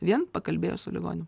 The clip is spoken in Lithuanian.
vien pakalbėjus su ligoniu